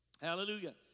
Hallelujah